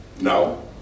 No